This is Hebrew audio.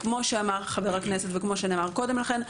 כפי שאמר חבר הכנסת וכפי שנאמר קודם לכן,